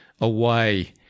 away